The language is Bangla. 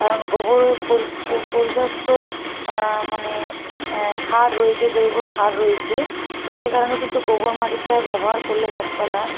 কারণ গোবর পর্যাপ্ত মানে সার রয়েছে জৈব সার রয়েছে তো সেকারণে কিন্তু গোবর মাটিটা ব্যবহার করলে গাছপালা